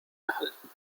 erhalten